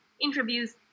interview's